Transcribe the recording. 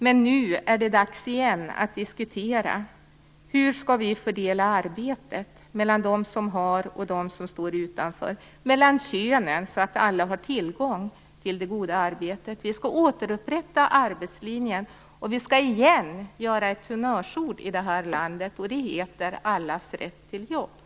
Men nu är det dags igen att diskutera hur vi skall fördela arbetet mellan dem som har och dem som står utanför och mellan könen, så att alla får tillgång till det goda arbetet. Vi skall återupprätta arbetslinjen och låta "allas rätt till jobb" bli honnörsord här i landet igen.